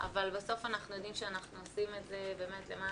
אבל בסוף אנחנו יודעים שאנחנו עושם את באמת למען